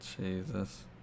Jesus